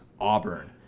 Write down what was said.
Auburn